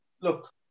look